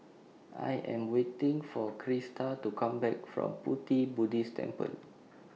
I Am waiting For Krista to Come Back from Pu Ti Buddhist Temple